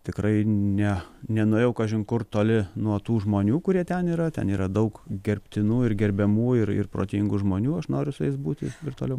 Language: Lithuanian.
tikrai ne nenuėjau kažin kur toli nuo tų žmonių kurie ten yra ten yra daug gerbtinų ir gerbiamų ir ir protingų žmonių aš noriu su jais būti ir toliau